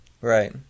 Right